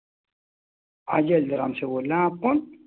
ہاں جی ہاں جی آرام سے بول رہے ہیں آپ کون